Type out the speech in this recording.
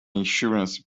insurance